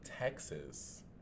Texas